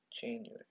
January